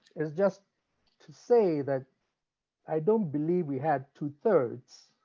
it's just to say that i don't believe we have two-thirds